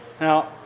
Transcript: Now